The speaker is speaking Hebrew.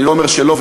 ואני לא אומר שלא,